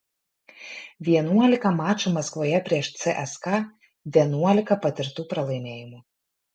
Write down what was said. vienuolika mačų maskvoje prieš cska vienuolika patirtų pralaimėjimų